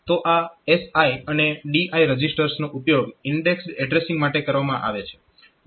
તો આ SI અને DI રજીસ્ટર્સનો ઉપયોગ ઈન્ડેક્સડ એડ્રેસીંગ માટે કરવામાં આવે છે